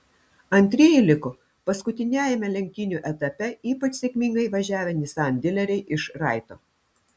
antrieji liko paskutiniajame lenktynių etape ypač sėkmingai važiavę nissan dileriai iš raito